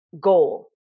goal